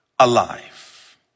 Alive